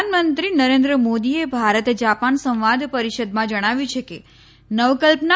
પ્રધાનમંત્રી નરેન્દ્ર મોદીએ ભારત જાપાન સંવાદ પરિષદમાં જણાવ્યું છે કે નવકલ્પના